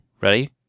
Ready